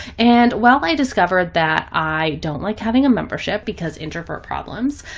and while i discovered that i don't like having a membership, because introvert problems,